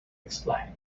explained